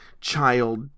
child